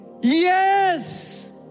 Yes